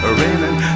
raining